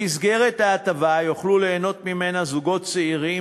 מן ההטבה יוכלו ליהנות זוגות צעירים,